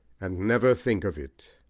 and never think of it.